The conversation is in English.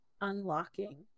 unlocking